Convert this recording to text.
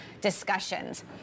discussions